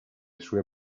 sue